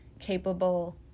capable